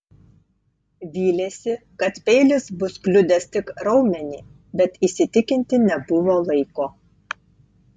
vylėsi kad peilis bus kliudęs tik raumenį bet įsitikinti nebuvo laiko